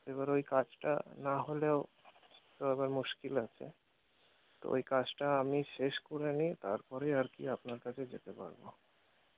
এবার ওই কাজটা না হলেও তো এবার মুশকিল আছে তো ওই কাজটা আমি শেষ করে নিয়ে তারপরে আর কি আপনার কাছে যেতে পারবো